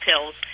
pills